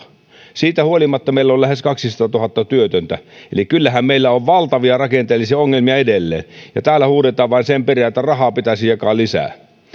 siitä huolimatta meillä on lähes kaksisataatuhatta työtöntä eli kyllähän meillä on valtavia rakenteellisia ongelmia edelleen ja täällä huudetaan vain sen perään että rahaa pitäisi jakaa lisää